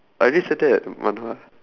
I already settle that manhwa